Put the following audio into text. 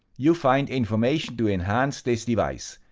you find information to enhance this device.